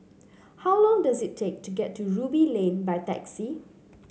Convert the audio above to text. how long does it take to get to Ruby Lane by taxi